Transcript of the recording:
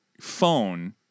phone